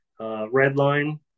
Redline